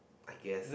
I guess